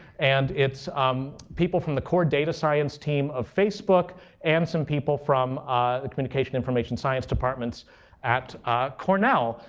and it's um people from the core data science team of facebook and some people from the communication information science departments at cornell.